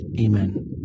Amen